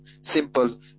simple